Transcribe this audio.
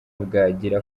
bwagira